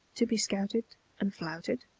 to be scouted and flouted?